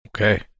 Okay